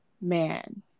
man